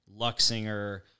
Luxinger